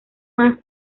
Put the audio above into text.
más